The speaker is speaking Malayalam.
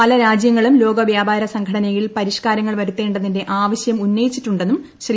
പല രാജൃങ്ങളും ലോകവൃാപാര സംഘടനയിൽ പരിഷ്ക്കാരങ്ങൾ വരുത്തേണ്ടതിന്റെ ആവശ്യം ഉന്നയിച്ചിട്ടുണ്ടെന്നും ശ്രീ